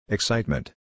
Excitement